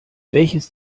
welches